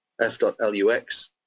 f.lux